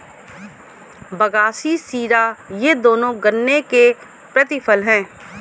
बगासी शीरा ये दोनों गन्ने के प्रतिफल हैं